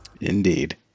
Indeed